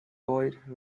boyd